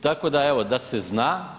Tako da evo da se zna.